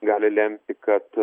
gali lemti kad